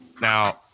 Now